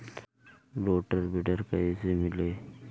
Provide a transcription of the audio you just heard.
Rotor weeder कईसे मिले?